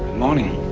morning!